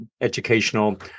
Educational